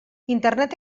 internet